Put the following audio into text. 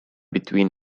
between